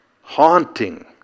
haunting